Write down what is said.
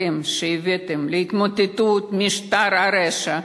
אתם, שהבאתם להתמוטטות משטר הרשע,